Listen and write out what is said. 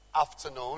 afternoon